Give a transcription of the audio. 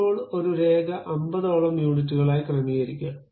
ഇപ്പോൾ ഒരു രേഖ 50 ഓളം യൂണിറ്റുകളായി ക്രമീകരിക്കുക